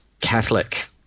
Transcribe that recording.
catholic